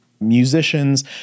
musicians